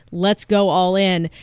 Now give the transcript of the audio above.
let's go all in.